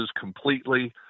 completely